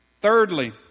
Thirdly